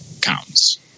counts